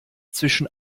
zwischen